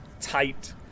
tight